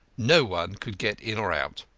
no one could get in or out.